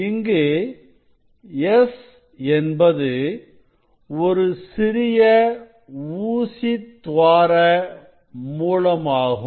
இங்கு S என்பது ஒரு சிறிய ஊசித் துவார மூலமாகும்